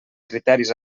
criteris